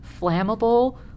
flammable